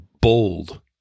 bold